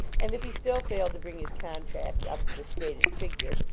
and if he still failed to bring his contract up to the stated figure,